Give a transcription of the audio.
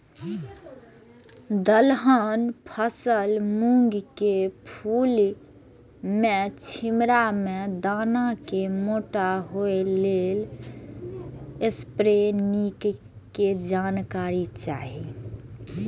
दलहन फसल मूँग के फुल में छिमरा में दाना के मोटा होय लेल स्प्रै निक के जानकारी चाही?